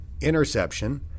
interception